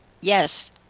Yes